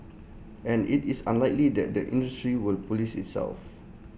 and IT is unlikely that the industry will Police itself